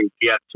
get